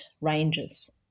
ranges